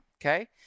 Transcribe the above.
Okay